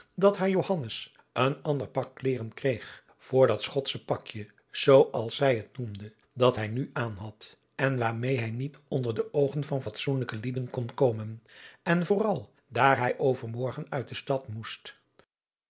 dat haar johannes een ander pak kleêren kreeg voor dat schotsche pakje zoo als zij het noemde dat hij nu aan had en waarmeê hij niet onder de oogen van fatsoenlijke lieden kon komen en vooral daar hij overmorgen uit de stad moest